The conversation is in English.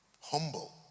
Humble